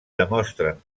demostren